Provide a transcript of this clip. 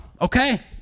Okay